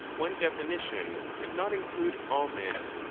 one definition could not include all men.